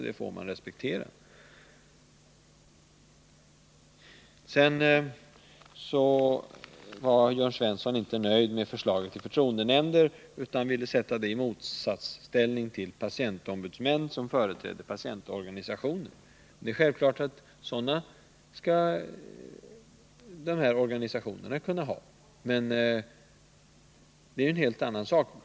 Det måste man respektera. Jörn Svensson var inte nöjd med förslaget till förtroendenämnder utan ville sätta det i motsatsställning till förslaget om patientombudsmän som företrädare för patientorganisationer. Det är självklart att de här organisationerna skall kunna ha ombudsmän men det är en helt annan sak.